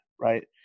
right